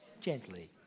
Gently